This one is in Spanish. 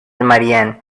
marianne